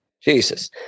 Jesus